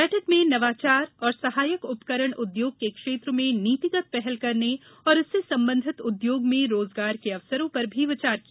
बैठक में नवाचार और सहायक उपकरण उद्योग के क्षेत्र में नीतिगत पहल करने और इससे संबंधित उद्योग में रोजगार के अवसरों पर भी विचार किया